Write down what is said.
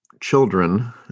children